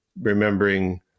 remembering